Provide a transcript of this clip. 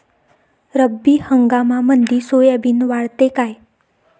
रब्बी हंगामामंदी सोयाबीन वाढते काय?